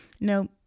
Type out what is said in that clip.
no